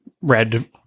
red